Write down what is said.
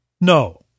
No